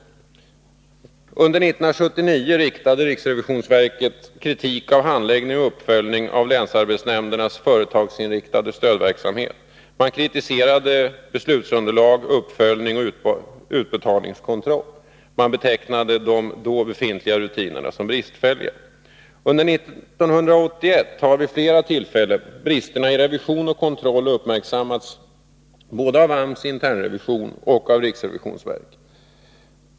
Under 1979 riktade riksrevisionsverket kritik mot handläggningen och uppföljningen av länsarbetsnämndernas företagsinriktade stödverksamhet. Man kritiserade beslutsunderlag, uppföljning och utbetalningskontroll. Man betecknade de då befintliga rutinerna som bristfälliga. Under 1981 har vid flera tillfällen bristerna i revision och kontroll uppmärksammats både av AMS internrevision och av riksrevisionsverket.